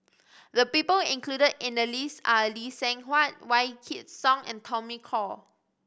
the people included in the list are Lee Seng Huat Wykidd Song and Tommy Koh